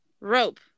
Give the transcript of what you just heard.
rope